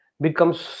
becomes